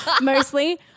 mostly